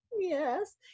yes